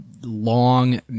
long